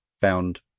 found